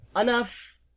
enough